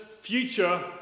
future